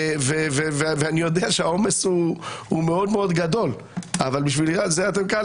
אני יודע שהעומס הוא מאוד מאוד גדול אבל לכן אתם כאן,